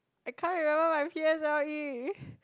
I can't you know I'm c_s_l_e